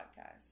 podcast